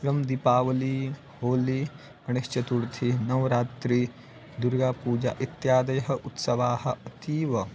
एवं दिपावली होली गणेश्चतुर्थी नवरात्रिः दुर्गापूजा इत्यादयः उत्सवाः अतीव